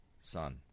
Son